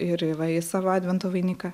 ir va į savo advento vainiką